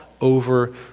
over